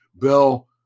bill